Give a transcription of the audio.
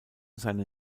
seinen